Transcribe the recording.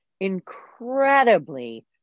incredibly